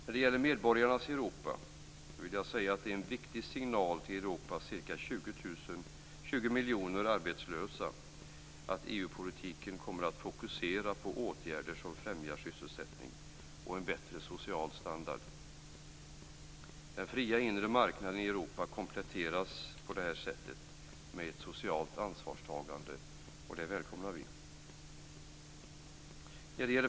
När det gäller medborgarnas Europa är det en viktig signal till Europas ca 20 miljoner arbetslösa att EU-politiken kommer att fokusera på åtgärder som främjar sysselsättning och en bättre social standard. Den fria inre marknaden i Europa kompletteras på det här sättet med ett socialt ansvarstagande. Det välkomnar vi.